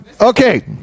Okay